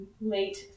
late